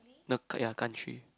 no cou~ ya country